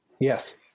Yes